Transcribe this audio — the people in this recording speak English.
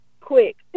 quick